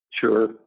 Sure